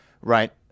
right